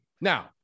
Now